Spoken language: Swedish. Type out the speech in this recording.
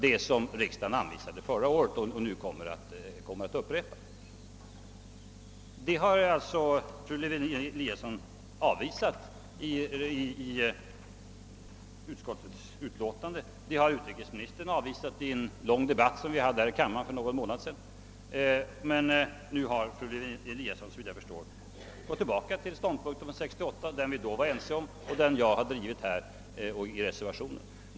Den tanken har avvisats i utskottsutlåtandet och utrikesministern har avvisat den i en lång debatt i kammaren för några månader sedan, men nu har fru Lewén-Eliasson tydligen gått tillbaka till den ståndpunkt som vi var överens om 1968 och som jag har drivit i en reservation och i debatten här.